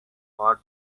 hot